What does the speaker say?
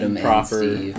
proper